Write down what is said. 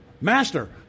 Master